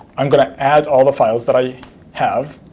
i'm going to add all the files that i have,